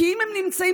כי אם הם נמצאים,